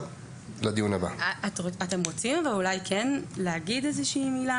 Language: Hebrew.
הם מעולם האגודות השיתופיות,